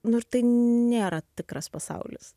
nu ir tai nėra tikras pasaulis